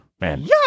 Man